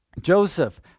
Joseph